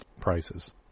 prices